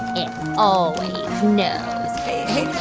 it always knows hey,